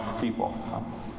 people